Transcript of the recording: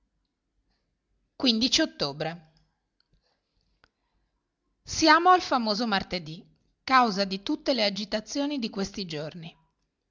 e ottobre siamo al famoso martedì causa di tutte le agitazioni di questi giorni